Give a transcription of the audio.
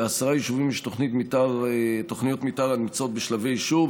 לעשרה יישובים יש תוכניות מתאר הנמצאות בשלבי אישור,